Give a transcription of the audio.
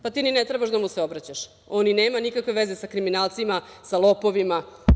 Pa, ti i ne treba da mu se obraćaš, on i nema nikakve veze sa kriminalcima, sa lopovima.